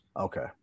okay